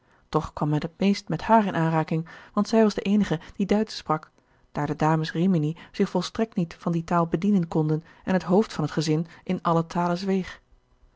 toch kwam men het meest met haar in aanraking want zij was de eenige die duitsch sprak daar de dames rimini zich volstrekt niet van die taal bedienen konden en het hoofd van het gezin in alle talen zweeg